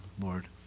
Lord